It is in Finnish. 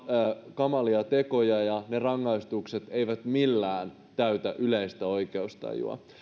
kamalia tekoja ja ne rangaistukset eivät millään täytä yleistä oikeustajua